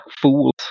fools